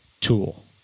tool